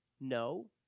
No